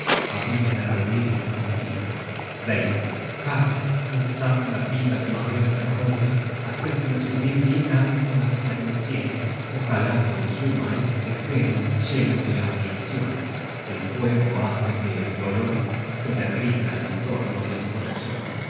habia de reunirme contigo jarls alzad la pira de madera de roble hacedla subir bien alto hácia el cielo ojalá consuma este seno lleno de afliccion el fuego hace que el dolor se derrita en torno del corazon